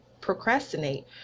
procrastinate